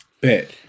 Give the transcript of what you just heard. bet